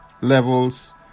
levels